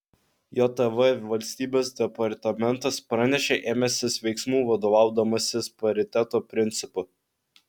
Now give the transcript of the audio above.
jav valstybės departamentas pranešė ėmęsis veiksmų vadovaudamasis pariteto principu